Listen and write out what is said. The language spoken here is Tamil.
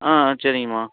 ஆ சரிங்கம்மா